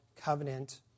covenant